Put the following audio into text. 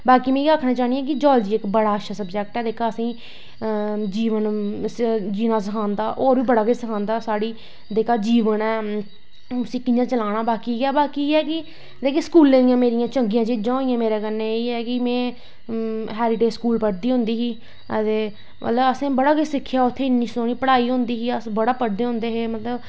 बाकी में एह् आक्खना चाह्न्नी जियॉलजी इक बड़ी अच्छी स्वजैक्ट ऐ जेह्का असेंगी जीवन जीना सखांद होर बी बड़ा किश सखांदा साढ़ी जेह्का जीवन ऐ उसी कियां चलाना बाकी एह् ऐ कि जेह्कियां स्कूले दियां चंगियां चीजां होइयां मेरे कन्नै एह् ऐ कि हैरीटेज स्कूल पढ़दी होंदी ही ते मतलव असैं बड़ा किश सिक्खेआ बड़ा शैल पढ़ाई होंदी ही